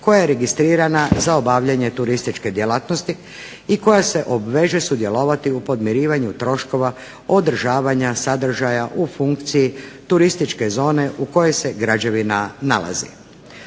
koja je registrirana za obavljanje turističke djelatnosti i koja se obveže sudjelovati u podmirivanju troškova održavanja sadržaja u funkciji turističke zone u kojoj se građevina nalazi.